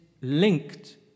linked